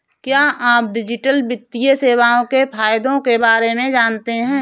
क्या आप डिजिटल वित्तीय सेवाओं के फायदों के बारे में जानते हैं?